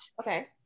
okay